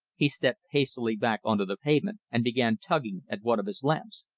he stepped hastily back on to the pavement, and began tugging at one of his lamps.